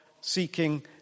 seeking